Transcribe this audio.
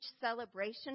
celebration